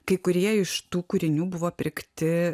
kai kurie iš tų kūrinių buvo pirkti